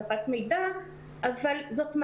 הבטיחו לכולם למידה מרחוק, אבל היא